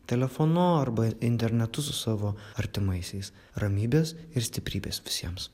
telefonu arba internetu su savo artimaisiais ramybės ir stiprybės visiems